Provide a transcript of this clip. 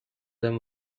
them